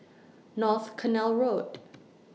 North Canal Road